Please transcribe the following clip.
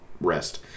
rest